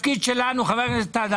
חבר הכנסת טל,